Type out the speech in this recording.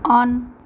on